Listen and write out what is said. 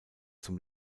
zum